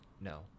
No